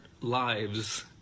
lives